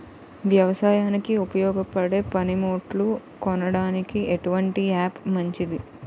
వ్యవసాయానికి ఉపయోగపడే పనిముట్లు కొనడానికి ఎటువంటి యాప్ మంచిది?